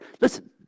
Listen